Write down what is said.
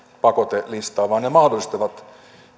pakotelistaan vaan ne mahdollistavat